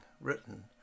written